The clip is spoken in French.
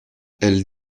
elles